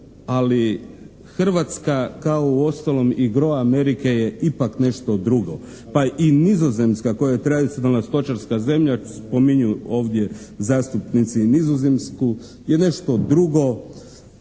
ali Hrvatska kao uostalom i gro Amerike je ipak nešto drugo. Pa i Nizozemska koja je tradicionalna stočarska zemlja, spominju ovdje zastupnici Nizozemsku je nešto drugo,